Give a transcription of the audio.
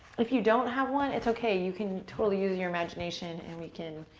if you don't have one, it's okay. you can totally use your imagination, and we can